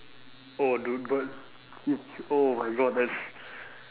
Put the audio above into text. oh dude birds if hu~ oh my god that's